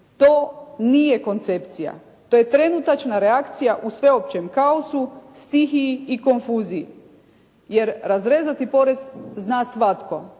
To nije koncepcija. To je trenutačna reakcija u sveopćem kaosu, stihiji i konfuziji, jer razrezati porez zna svatko.